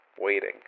Waiting